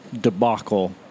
debacle